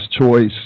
choice